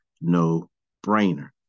no-brainer